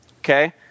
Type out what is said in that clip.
Okay